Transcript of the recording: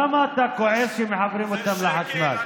למה אתה כועס שמחברים אותם לחשמל,